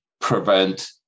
prevent